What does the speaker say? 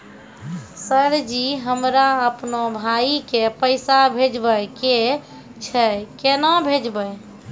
Sir ji हमरा अपनो भाई के पैसा भेजबे के छै, केना भेजबे?